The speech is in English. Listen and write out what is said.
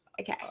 Okay